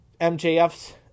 MJF's